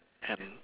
hel~